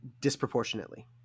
disproportionately